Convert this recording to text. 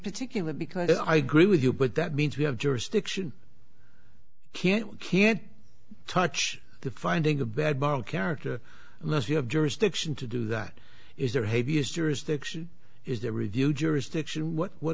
particular because i agree with you but that means we have jurisdiction can't we can't touch the finding a bad bargain character unless you have jurisdiction to do that is there heaviest jurisdiction is there review jurisdiction what